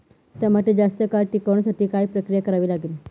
टमाटे जास्त काळ टिकवण्यासाठी काय प्रक्रिया करावी लागेल?